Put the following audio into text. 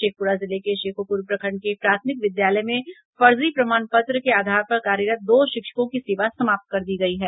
शेखप्रा जिले के शेखोप्र प्रखंड के प्राथमिक विद्यालय में फर्जी प्रमाण पत्र के आधार पर कार्यरत दो शिक्षकों की सेवा समाप्त कर दी गयी है